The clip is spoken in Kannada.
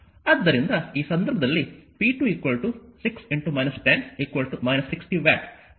ಆದ್ದರಿಂದ ಆ ಸಂದರ್ಭದಲ್ಲಿ p2 6 10 60 ವ್ಯಾಟ್ ವಿದ್ಯುತ್ ಸರಬರಾಜು ಆಗುತ್ತದೆ